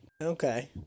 Okay